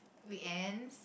weekends